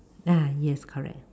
ah yes correct